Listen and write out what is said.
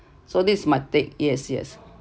so this might take yes yes